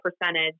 percentage